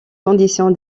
condition